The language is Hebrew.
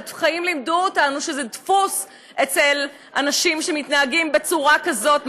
כי החיים לימדו אותנו שזה דפוס אצל אנשים שמתנהגים בצורה כזאת,